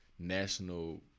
national